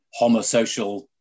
homosocial